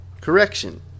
correction